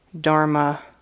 Dharma